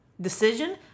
decision